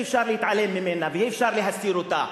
אי-אפשר להתעלם ממנה ואי-אפשר להסתיר אותה,